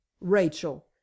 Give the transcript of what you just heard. rachel